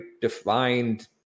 defined